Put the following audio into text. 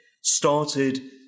started